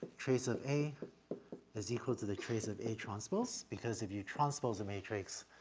trace of a is equal to the trace of a transpose because if you transpose a matrix,